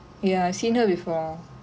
ah